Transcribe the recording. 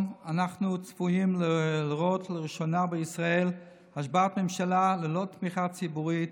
היום אנחנו צפויים לראות לראשונה בישראל השבעת ממשלה ללא תמיכה ציבורית,